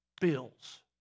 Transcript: bills